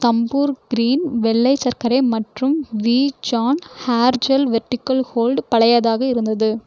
தம்பூர் green வெள்ளை சர்க்கரை மற்றும் வீஜான் ஹேர் ஜெல் வெர்டிகல் ஹோல்ட் பழையதாக இருந்தது